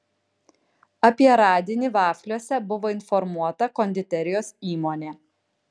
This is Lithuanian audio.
apie radinį vafliuose buvo informuota konditerijos įmonė